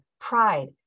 pride